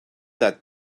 that